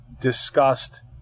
discussed